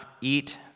eat